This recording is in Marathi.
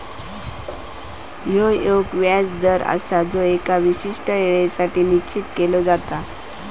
ह्यो एक व्याज दर आसा जो एका विशिष्ट येळेसाठी निश्चित केलो जाता